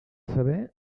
saber